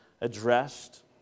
addressed